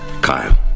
Kyle